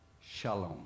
Shalom